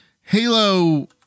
Halo